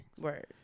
Right